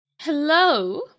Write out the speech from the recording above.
Hello